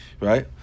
Right